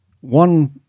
one